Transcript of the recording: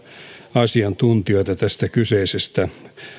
asiantuntijoita tästä kyseisestä